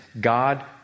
God